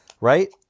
right